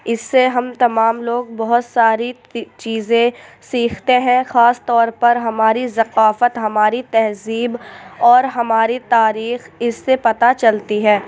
اس سے ہم تمام لوگ بہت ساری چیزیں سیکھتے ہیں خاص طور پر ہماری ثقافت ہماری تہذیب اور ہماری تاریخ اس سے پتہ چلتی ہے